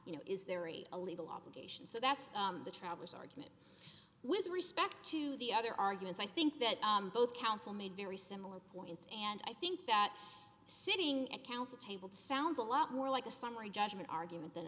you know is there a legal obligation so that's the travelers argument with respect to the other arguments i think that both counsel made very similar points and i think that sitting at counsel table sounds a lot more like a summary judgment argument than